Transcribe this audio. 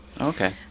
Okay